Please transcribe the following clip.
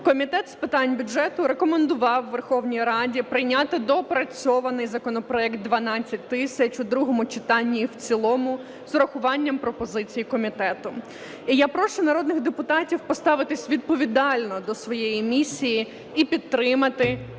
Комітет з питань бюджету рекомендував Верховній Раді прийняти доопрацьований законопроект 12000 у другому читанні і в цілому з урахуванням пропозицій комітету. І я прошу народних депутатів поставитись відповідально до своєї місії і підтримати